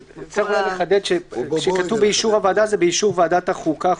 אני רוצה לחדד שכשכתוב באישור הוועדה זה באישור ועדת החוקה,